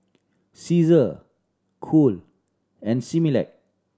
Cesar Cool and Similac